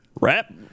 Rap